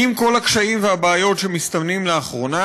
ועם כל הקשיים והבעיות שמסתמנים לאחרונה,